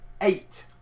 eight